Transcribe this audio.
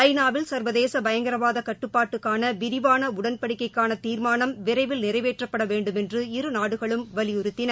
ஐ நா வில் சீ்வதேசபயங்கரவாதகட்டுப்பாட்டுக்கானவிரிவானஉடன்படிக்கைக்கானதீர்மானம் விரைவில் நிறைவேற்றப்படவேண்டுமென்று இரு நாடுகளும் வலியுறுத்தின